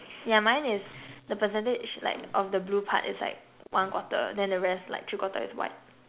yeah mine is the percentage like of the blue part is like one quarter then the rest like three quarter is white